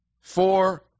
Four